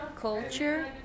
culture